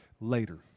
later